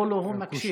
לא, לא, הוא מקשיב.